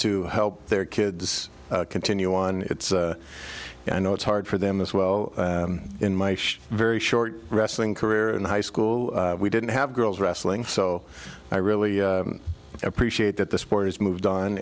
to help their kids continue on i know it's hard for them as well in my very short wrestling career in high school we didn't have girls wrestling so i really appreciate that the sport has moved on